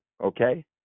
Okay